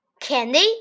Candy